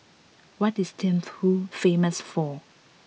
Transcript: what is Thimphu famous for